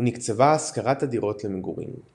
ונקצבה השכרת הדירות למגורים.